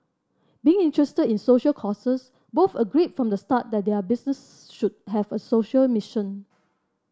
being interested in social causes both agreed from the start that their business should have a social mission